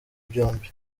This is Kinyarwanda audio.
byombi